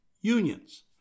unions